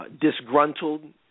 Disgruntled